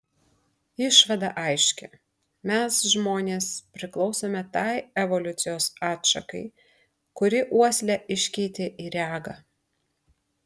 išvada aiški mes žmonės priklausome tai evoliucijos atšakai kuri uoslę iškeitė į regą